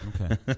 Okay